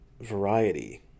variety